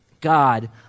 God